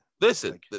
Listen